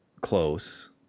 close